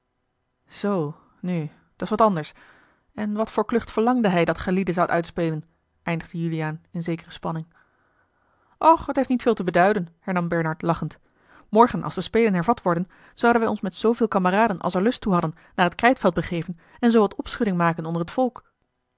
zoo nu dat's wat anders en wat voor klucht verlangde hij dat gijlieden zoudt uitspelen eindigde juliaan in zekere spanning och het heeft niet veel te beduiden hernam bernard lachend morgen als de spelen hervat worden zouden wij ons met zooveel kameraden als er lust toe hadden naar het krijtveld begeven en zoo wat opschudding maken onder t volk